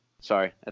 Sorry